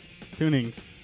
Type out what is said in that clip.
tunings